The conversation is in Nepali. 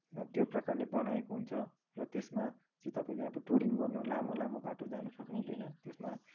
त्यो प्रकारले बनाएको हुन्छ र त्यसमा तपाईँले अब टुरिङ गर्नु लामो लामो बाटो जानु सक्नुहुँदैन यसमा